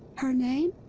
her name?